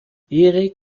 erik